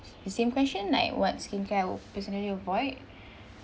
the same question like what skincare I would personally avoid